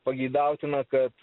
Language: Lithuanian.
pageidautina kad